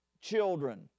Children